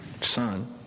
son